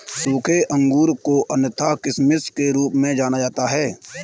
सूखे अंगूर को अन्यथा किशमिश के रूप में जाना जाता है